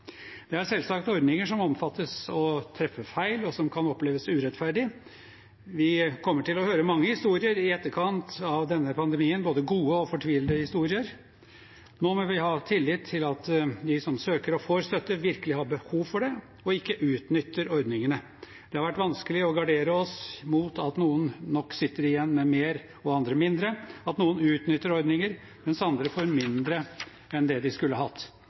Det er selvsagt ordninger som kan treffe feil, og som kan oppleves urettferdige. Vi kommer til å høre mange historier i etterkant av denne pandemien, både gode og fortvilte historier. Nå må vi ha tillit til at de som søker å få støtte, virkelig har behov for det og ikke utnytter ordningene. Det har vært vanskelig å gardere oss mot at noen nok sitter igjen med mer og andre mindre, at noen utnytter ordninger mens andre får mindre enn de skulle hatt,